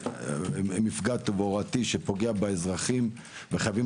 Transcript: מפגע תברואתי שפוגע באזרחים וחייבים